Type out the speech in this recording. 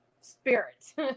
spirit